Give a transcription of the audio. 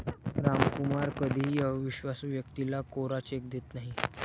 रामकुमार कधीही अविश्वासू व्यक्तीला कोरा चेक देत नाही